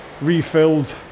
...refilled